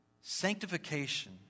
Sanctification